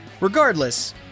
regardless